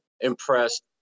impressed